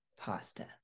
pasta